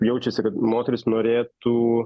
jaučiasi kad moteris norėtų